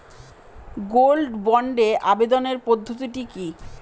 Gold বন্ডে আবেদনের পদ্ধতিটি কি?